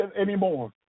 anymore